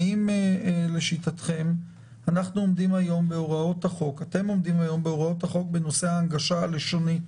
האם לשיטתכם אתם עומדים היום בהוראות החוק בנושא ההנגשה הלשונית